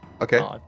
Okay